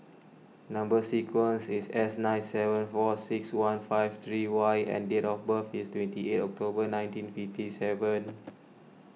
Number Sequence is S nine seven four six one five three Y and date of birth is twenty eight October nineteen fifty seven